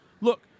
look